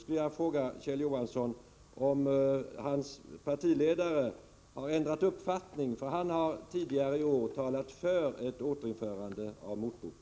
Då vill jag fråga Kjell Johansson om hans partiledare har ändrat uppfattning, för han har tidigare i år talat för återinförande av motboken.